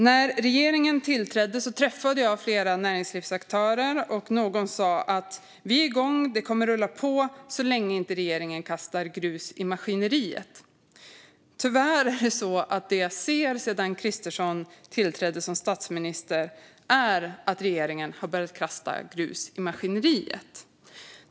När regeringen tillträdde träffade jag flera näringslivsaktörer, och någon sa att vi är igång och att det kommer att rulla på så länge inte regeringen kastar grus i maskineriet. Tyvärr är det så att det jag ser sedan Kristersson tillträdde som statsminister är att regeringen har börjat kasta grus i maskineriet.